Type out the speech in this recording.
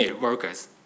workers